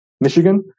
Michigan